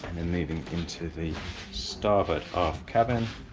then leading into the starboard aft cabin